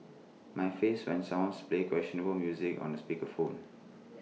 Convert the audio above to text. my face when someone plays questionable music on speaker phone